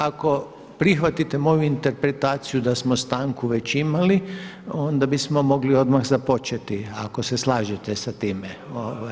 Ako prihvatite moju interpretaciju da smo stanku već imali, onda bismo odmah započeti ako se slažete sa time.